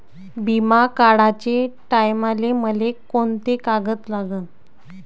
बिमा काढाचे टायमाले मले कोंते कागद लागन?